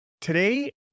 Today